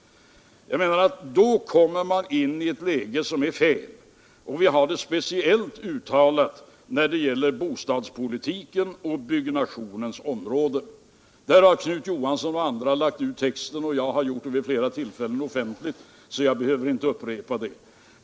Då kommer man i ett felaktigt läge, och det är speciellt uttalat när det gäller bostadspolitiken och byggnadsverksamheten. Om detta har Knut Johansson och andra lagt ut texten, och även jag har gjort det offentligt vid flera tillfällen, varför jag inte behöver upprepa det.